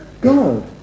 God